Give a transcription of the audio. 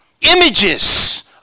images